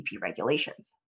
regulations